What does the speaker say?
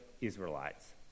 Israelites